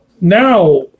now